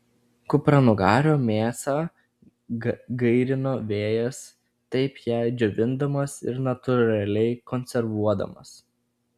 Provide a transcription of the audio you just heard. kupranugario mėsą gairino vėjas taip ją džiovindamas ir natūraliai konservuodamas